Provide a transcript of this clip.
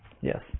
Yes